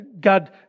God